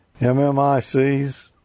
MMICs